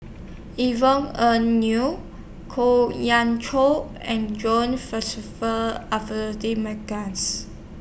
Yvonne Ng Uhde Kwok Chow and John